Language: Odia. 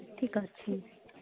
ଠିକ୍ ଅଛି